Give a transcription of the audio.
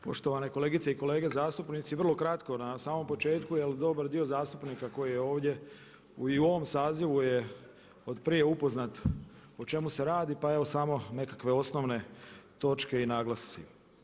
Poštovane kolegice i kolege zastupnici, vrlo kratko, na samom početku jer dobar dio zastupnika koji je ovdje i u ovom sazivu je od prije upoznat o čemu se radi, pa evo samo nekakve osnovne točke i naglasci.